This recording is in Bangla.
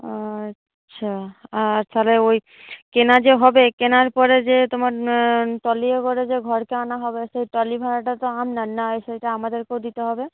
ও আচ্ছা আর তাহলে ওই কেনা যে হবে কেনার পরে যে তোমার ট্রলিও করে যে ঘরে আনা হবে সেই ট্রলি ভাড়াটা তো আপনার নয় সেইটা আমাদেরকেও দিতে হবে